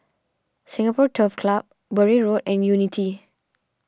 Singapore Turf Club Bury Road and Unity